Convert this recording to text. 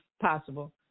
possible